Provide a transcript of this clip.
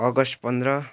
August पन्ध्र